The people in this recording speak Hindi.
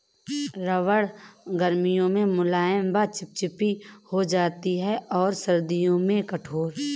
रबड़ गर्मियों में मुलायम व चिपचिपी हो जाती है और सर्दियों में कठोर